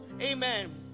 Amen